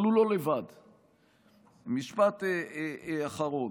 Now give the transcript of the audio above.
משפט אחרון: